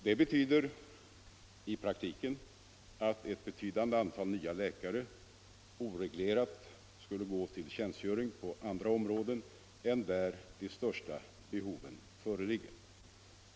Det innebär i praktiken att ett betydande antal nya läkare oreglerat skulle gå till tjänster på andra områden än där de största behoven föreligger.